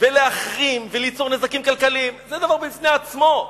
ולהחרים וליצור נזקים כלכליים, זה דבר בפני עצמו.